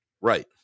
Right